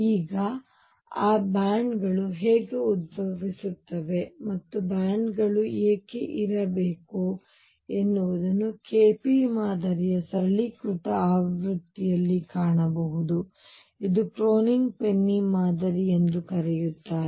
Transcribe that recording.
ಈಗ ಆ ಬ್ಯಾಂಡ್ಗಳು ಹೇಗೆ ಉದ್ಭವಿಸುತ್ತವೆ ಮತ್ತು ಬ್ಯಾಂಡ್ಗಳು ಏಕೆ ಇರಬೇಕು ಎನ್ನುವುದನ್ನು KP ಮಾದರಿಯ ಸರಳೀಕೃತ ಆವೃತ್ತಿಯಲ್ಲಿ ಕಾಣಬಹುದು ಇದನ್ನು ಕ್ರೋನಿಗ್ ಪೆನ್ನಿಮಾದರಿ ಎಂದೂ ಕರೆಯುತ್ತಾರೆ